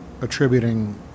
attributing